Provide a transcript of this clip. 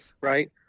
right